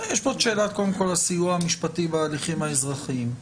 יש פה שאלת הסיוע המשפטי בהליכים האזרחיים.